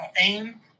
aim